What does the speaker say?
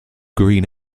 green